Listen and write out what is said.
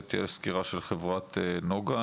תהיה סקירה של חברת נגה,